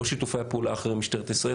לא שיתופי הפעולה האחרים עם משטרת ישראל,